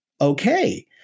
Okay